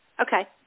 Okay